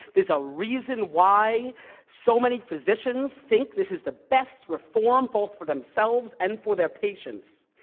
there's a reason why so many physicians think this is the best reform, both for themselves and for their patients.